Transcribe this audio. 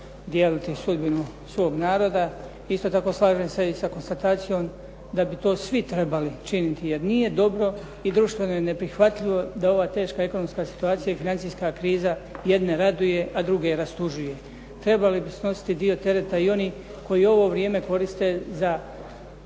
dijeliti sudbinu svog naroda. Isto tako, slažem se i sa konstatacijom da bi to svi trebali činiti, jer nije dobro i društveno je neprihvatljivo da ova teška ekonomska situacija i financijska kriza jedne raduje, a druge rastužuje. Trebali bi snositi i dio tereta i oni koji ovo vrijeme koriste za